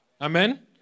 Amen